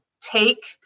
take